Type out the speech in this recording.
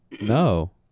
No